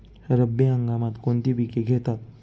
रब्बी हंगामात कोणती पिके घेतात?